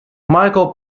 michael